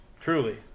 Truly